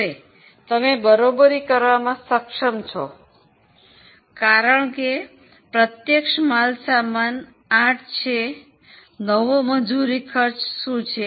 હવે તમે બરોબરી કરવામાં સક્ષમ છો કારણ કે પ્રત્યક્ષ માલ સામાન 8 છે નવી મજૂરી ખર્ચ શું છે